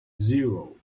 zero